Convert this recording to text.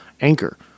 Anchor